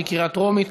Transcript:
בקריאה טרומית.